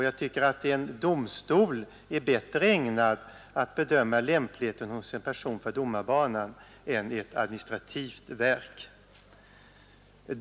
Jag tycker att en domstol är bättre ägnad att döma en persons lämplighet för domarbanan än ett administrativt verk.